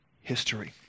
history